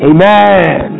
Amen